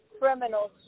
Criminals